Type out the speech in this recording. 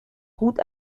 gut